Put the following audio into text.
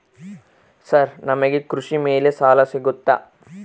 Sir ನಮಗೆ ಕೃಷಿ ಮೇಲೆ ಸಾಲ ಸಿಗುತ್ತಾ?